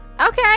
Okay